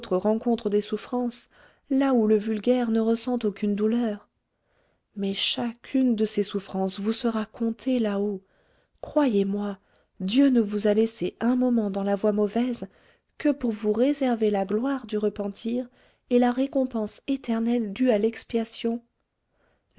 rencontre des souffrances là où le vulgaire ne ressent aucune douleur mais chacune de ces souffrances vous sera comptée là-haut croyez-moi dieu ne vous a laissé un moment dans la voie mauvaise que pour vous réserver la gloire du repentir et la récompense éternelle due à l'expiation